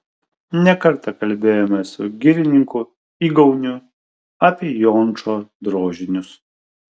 ne kartą kalbėjomės su girininku igauniu apie jončo drožinius